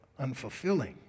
unfulfilling